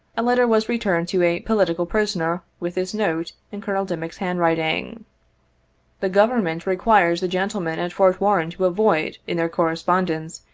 a letter was returned to a political prisoner with this note, in colonel dimick's handwriting the government require the gentlemen at fort warren to avoid, in their correspondence,